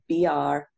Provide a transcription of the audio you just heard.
BR